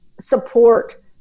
support